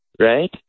right